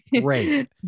Great